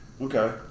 Okay